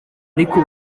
ariko